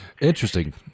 Interesting